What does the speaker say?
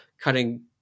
cutting